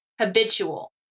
habitual